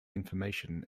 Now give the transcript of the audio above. information